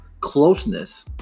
closeness